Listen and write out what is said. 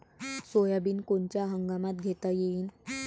Soybean कोनच्या हंगामात घेता येईन?